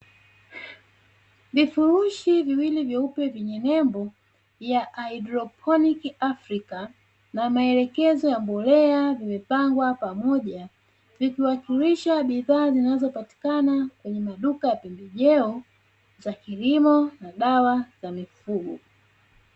Vifurushi viwili vyeupe vyenye nembo ya 'haidroponiki Afrika' na maelekezo ya mbolea vimepangwa pamoja, vikiwakilisha bidhaaa zinazopatikana kwenye maduka ya pembejeo za kilimo na dawa za mifugo.